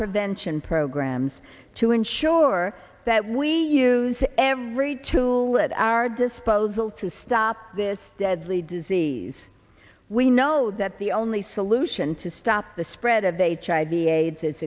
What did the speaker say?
prevention programs to ensure that we use every tool at our disposal to stop this deadly disease we know that the only solution to stop the spread of aids hiv aids is